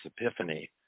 epiphany